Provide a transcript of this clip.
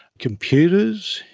computers,